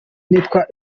nitwa